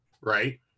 right